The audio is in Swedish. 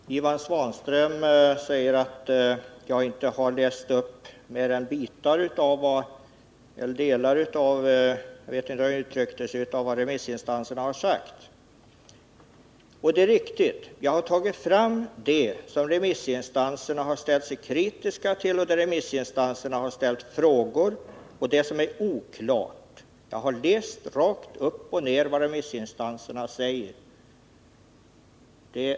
Herr talman! Ivan Svanström säger någonting om att jag bara har tagit upp delar av vad remissinstanserna har sagt. Det är riktigt. Jag har tagit fram sådant som remissinstanserna ställt sig kritiska till, sådant som de har ställt frågor kring och sådant som är oklart. Jag har läst rakt upp och ner vad remissinstanserna säger.